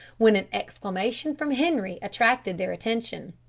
when an exclamation from henri attracted their attention.